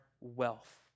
wealth